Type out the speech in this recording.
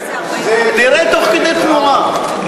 נראה תוך כדי תנועה.